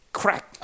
crack